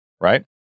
right